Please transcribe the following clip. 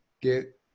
get